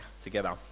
together